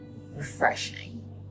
refreshing